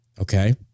okay